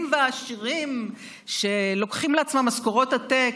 והעשירים שלוקחים לעצמם משכורות עתק.